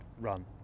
run